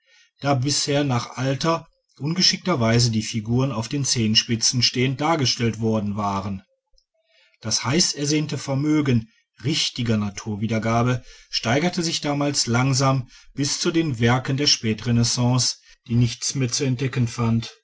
da bisher nach alter ungeschickter weise die figuren auf den zehenspitzen stehend dargestellt worden waren das heißersehnte vermögen richtiger naturwiedergabe steigerte sich damals langsam bis zu den werken der spätrenaissance die nichts mehr zu entdecken fand